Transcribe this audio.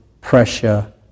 pressure